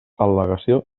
al·legació